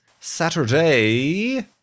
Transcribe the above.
Saturday